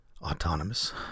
Autonomous